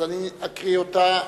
אז אני אקריא אותה,